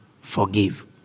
Forgive